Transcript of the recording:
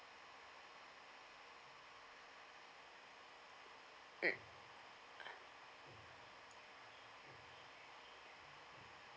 mm